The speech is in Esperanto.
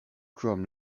krom